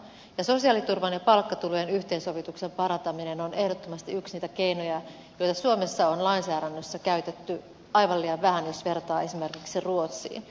ja sosiaaliturvan ja palkkatulojen yhteensovituksen parantaminen on ehdottomasti yksi niitä keinoja joita suomessa on lainsäädännössä käytetty aivan liian vähän jos vertaa esimerkiksi ruotsiin